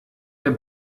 der